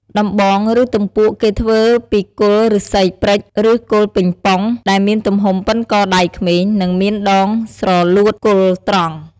ដំបង ឬទំពក់គេធ្វើពីគល់ឬស្សីព្រេច ឬគល់ពឹងពង់ ដែលមានទំហំប៉ុនកដៃក្មេង និងមានដងស្រលួតគល់ត្រង់ ។